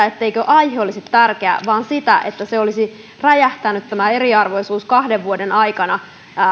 etteikö aihe olisi tärkeä vaan sen että tämä eriarvoisuus olisi räjähtänyt kahden vuoden aikana ja